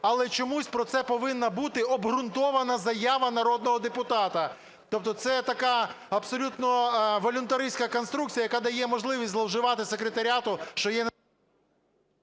але чомусь про це повинно бути обґрунтована заява народного депутата. Тобто це така, абсолютно волюнтаристська конструкція, яка дає можливість зловживати секретаріату, що є…